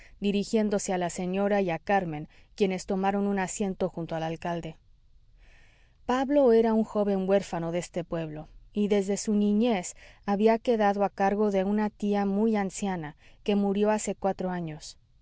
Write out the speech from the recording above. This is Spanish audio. dirigiéndose a la señora y a carmen quienes tomaron un asiento junto al alcalde pablo era un joven huérfano de este pueblo y desde su niñez había quedado a cargo de una tía muy anciana que murió hace cuatro años